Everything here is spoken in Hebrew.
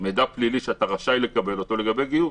מידע פלילי שאנחנו רשאים לקבל אותו.